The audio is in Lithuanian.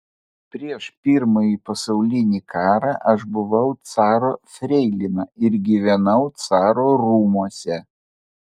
prieš pirmąjį pasaulinį karą aš buvau caro freilina ir gyvenau caro rūmuose